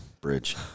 bridge